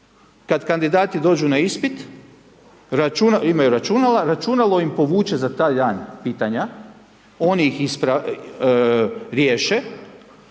kad kandidati dođu na ispit, imaju računala, računalo im povuče za taj dan pitanja, oni ih riješe,